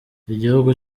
igihugu